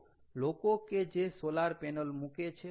તો લોકો કે જે સોલાર પેનલ મૂકે છે